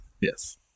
Yes